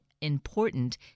important